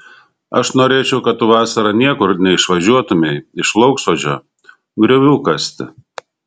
aš norėčiau kad tu vasarą niekur neišvažiuotumei iš lauksodžio griovių kasti